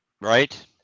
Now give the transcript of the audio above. Right